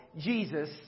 Jesus